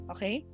Okay